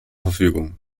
verfügung